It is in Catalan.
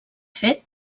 fet